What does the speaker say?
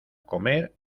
comer